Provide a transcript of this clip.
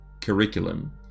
curriculum